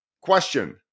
Question